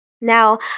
Now